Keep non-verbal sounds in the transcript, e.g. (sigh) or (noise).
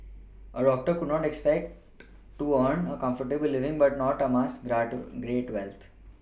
a doctor could expect (noise) to earn a comfortable living but not amass great wealth